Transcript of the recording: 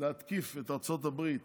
להתקיף את ארצות הברית